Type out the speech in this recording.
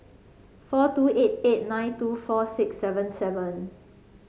four two eight eight nine two four six seven seven